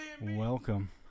Welcome